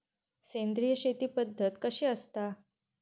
सेंद्रिय शेती पद्धत कशी असता?